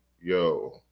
yo